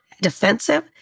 defensive